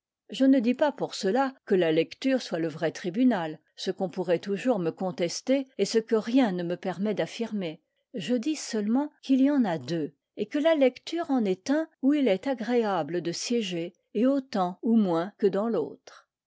je ne dis pas pour cela que la lecture soit le vrai tribunal ce qu'on pourrait toujours me contester et ce que rien ne me permet d'affirmer je dis seulement qu'il y en a deux et que la lecture en est un où il est agréable de siéger et autant ou moins que dans l'autre